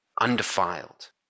undefiled